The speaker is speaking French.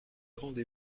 rendez